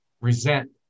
resent